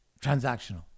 transactional